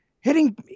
hitting